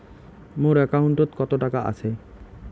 মোর একাউন্টত কত টাকা আছে?